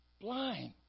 blind